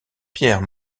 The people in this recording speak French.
pierre